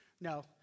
No